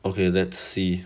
okay let's see